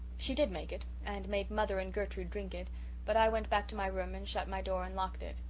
she did make it and made mother and gertrude drink it but i went back to my room and shut my door and locked it,